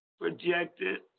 projected